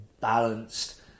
balanced